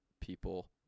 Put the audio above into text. people